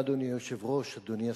אדוני היושב-ראש, תודה, אדוני השר,